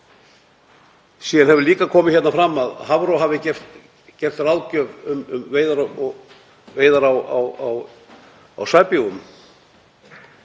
Síðan hefur líka komið hérna fram að Hafró hafi gefið ráðgjöf um veiðar á sæbjúgum.